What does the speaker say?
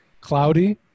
cloudy